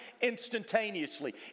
instantaneously